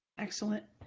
excellent.